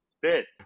bit